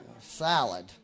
Salad